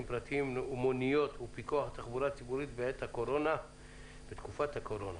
פרטיים ומוניות ופיקוח על התחבורה הציבורית בתקופת קורונה"